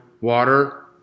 Water